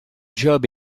job